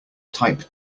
type